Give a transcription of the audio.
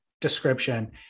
description